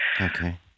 Okay